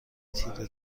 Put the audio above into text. تیره